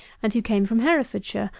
and who came from herefordshire,